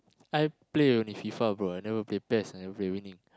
I play only Fifa bro I never play Pes I never play